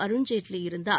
அருண்ஜேட்லி இருந்தார்